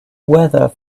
weather